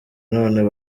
none